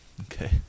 Okay